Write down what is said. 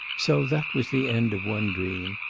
so that was the end of one dream.